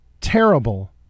terrible